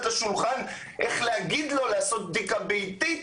לשולחן איך להגיד לו לעשות בדיקה ביתית,